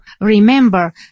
remember